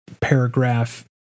paragraph